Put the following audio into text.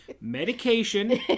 medication